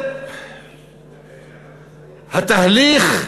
בעצם התהליך,